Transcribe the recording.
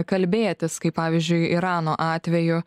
kalbėtis kaip pavyzdžiui irano atveju